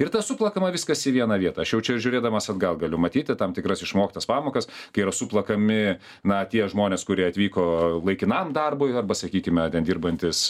ir tas suplakama viskas į vieną vietą aš jau čia žiūrėdamas atgal galiu matyti tam tikras išmoktas pamokas kai yra suplakami na tie žmonės kurie atvyko laikinam darbui arba sakykime ten dirbantys